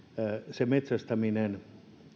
metsästäminen